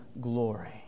glory